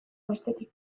bestetik